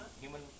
human